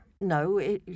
No